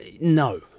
No